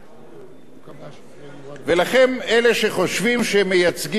ולכם, אלה שחושבים שהם מייצגים את הציבור הערבי: